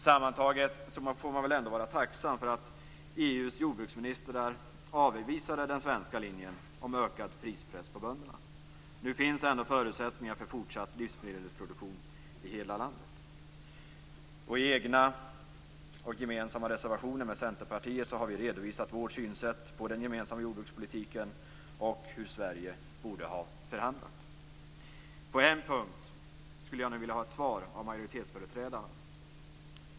Sammantaget får man väl ändå vara tacksam för att EU:s jordbruksministrar avvisade den svenska linjen om ökad prispress på bönderna. Nu finns ändå förutsättningar för fortsatt livsmedelsproduktion i hela landet. I egna och med Centerpartiet gemensamma reservationer har vi redovisat vårt synsätt på den gemensamma jordbrukspolitiken och på hur Sverige borde ha förhandlat. På en punkt skulle jag nu vilja ha ett svar av majoritetsföreträdarna.